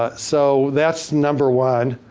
ah so, that's number one.